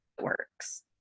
works